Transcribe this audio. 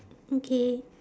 okay